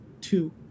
two